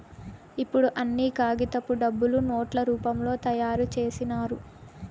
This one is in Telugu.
ఇప్పుడు అన్ని కాగితపు డబ్బులు నోట్ల రూపంలో తయారు చేసినారు